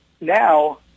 now